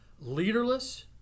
Leaderless